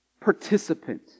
participant